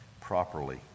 properly